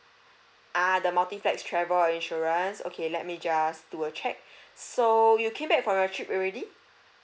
ah the travel insurance okay let me just do a check so you came back from your trip already